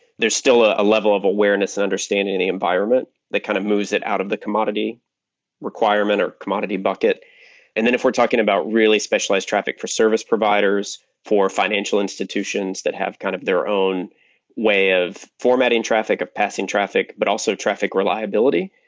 there's still a level of awareness and understanding in the environment that kind of moves it out of the commodity requirement, or commodity bucket and then if we're talking about really specialized traffic for service providers for financial institutions that have kind of their own way of formatting traffic, of passing traffic, but also traffic reliability,